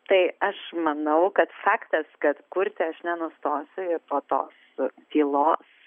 tai aš manau kad faktas kad kurti aš nenustosiu ir po tos tylos